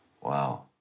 Wow